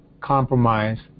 compromise